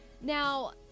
Now